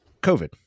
COVID